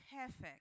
perfect